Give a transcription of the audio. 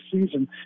season